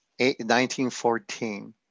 1914